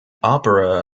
opera